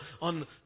on